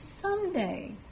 someday